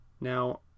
Now